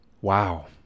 Wow